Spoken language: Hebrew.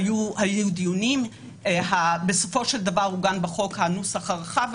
אני יכולה להגיד שאחרי דיונים עוגן בחוק הנוסח הרחב,